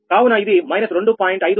కావున ఇది −2